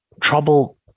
trouble